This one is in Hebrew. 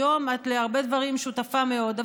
היום את להרבה דברים שותפה מאוד,